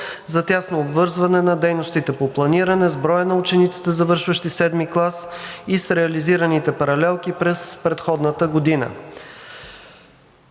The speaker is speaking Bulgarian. за тясно обвързване на дейностите по планиране с броя на учениците, завършващи VII клас, и с реализираните паралелки през предходната година.